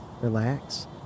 relax